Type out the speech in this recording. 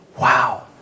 wow